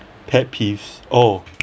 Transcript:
pet peeves oh